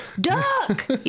Duck